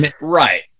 right